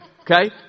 Okay